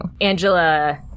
angela